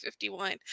51